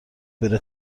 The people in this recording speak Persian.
بره